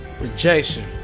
rejection